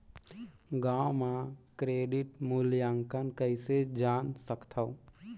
गांव म क्रेडिट मूल्यांकन कइसे जान सकथव?